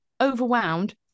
overwhelmed